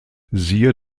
siehe